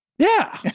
yeah,